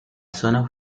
zona